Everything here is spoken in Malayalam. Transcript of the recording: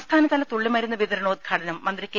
സംസ്ഥാനതല തുള്ളിമരുന്ന് വിതരണോദ്ഘാടനം മന്ത്രി കെ